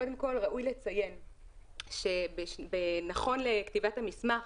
קודם כל ראוי לציין שנכון לכתיבת המסמך,